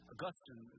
Augustine